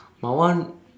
my one